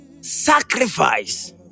sacrifice